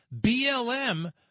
BLM